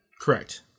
Correct